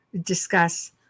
discuss